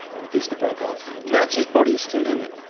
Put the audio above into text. and the piece that broke off. mertz's body is still in it?